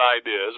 ideas